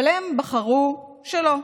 אבל הם בחרו שלא.